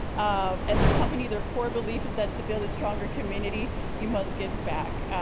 um as a company their core belief is that to build a stronger community you must give back.